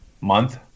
month